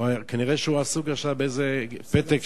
כנראה הוא עסוק עכשיו באיזה פתק,